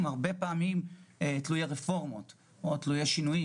הרבה פעמים תלויי רפורמות או שינויים.